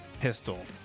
pistol